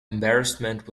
embarrassment